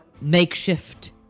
makeshift